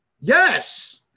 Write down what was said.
Yes